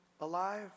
alive